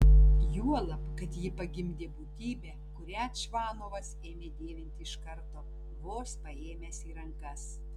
juolab kad ji pagimdė būtybę kurią čvanovas ėmė dievinti iš karto vos paėmęs į rankas